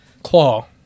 Claw